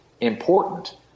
important